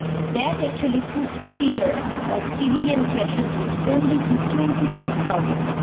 that actually puts the figure of civilian casualties only to twenty six thousand.